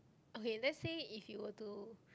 okay let's say if you were to